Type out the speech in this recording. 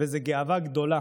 זאת גאווה גדולה